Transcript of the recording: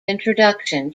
introduction